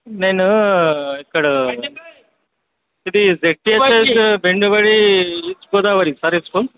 నేను ఇక్కడ ఇది ZPHS Bendapudi east Godavari sir ఈ స్కూల్